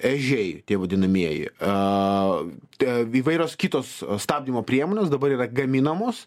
ežiai tie vadinamieji a įvairios kitos stabdymo priemonės dabar yra gaminamos